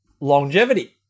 longevity